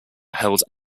held